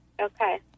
Okay